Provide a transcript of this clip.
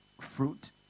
fruit